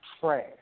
trash